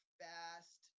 fast